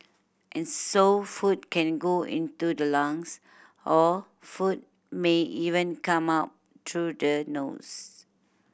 and so food can go into the lungs or food may even come up through the nose